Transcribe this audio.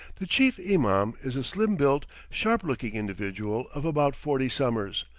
the chief imam is a slim-built, sharp-looking individual of about forty summers,